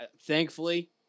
thankfully